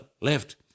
left